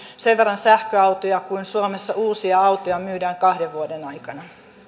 sen verran sähköautoja kuin suomessa uusia autoja myydään kahden vuoden aikana